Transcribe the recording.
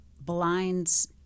blinds